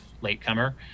latecomer